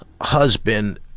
husband